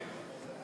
כן.